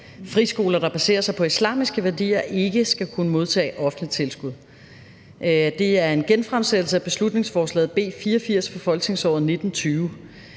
friskoler, der baserer sig på islamiske værdier, ikke skal kunne modtage offentligt tilskud. Det er en genfremsættelse af beslutningsforslag B 84 fra folketingsåret 2019-20,